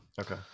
Okay